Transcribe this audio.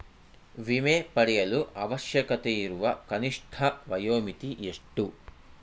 ವಿಮೆ ಪಡೆಯಲು ಅವಶ್ಯಕತೆಯಿರುವ ಕನಿಷ್ಠ ವಯೋಮಿತಿ ಎಷ್ಟು?